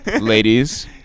Ladies